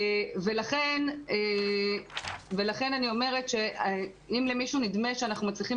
לכן אני אומרת שאם למישהו נדמה שאנחנו מצליחים